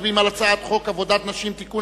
מצביעים על הצעת חוק עבודת נשים (תיקון,